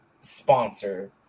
sponsor